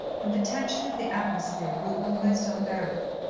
and the tension of the atmosphere grew almost unbearable.